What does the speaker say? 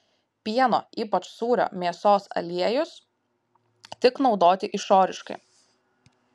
pieno ypač sūrio mėsos aliejus tik naudoti išoriškai